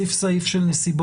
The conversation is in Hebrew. להשאיר אפשרות